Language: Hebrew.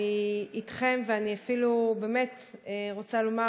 אני אתכם, ובאמת, אני אפילו רוצה לומר